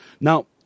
Now